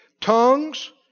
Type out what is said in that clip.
Tongues